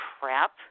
crap